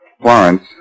Florence